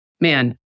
man